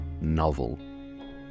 novel